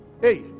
hey